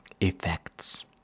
effects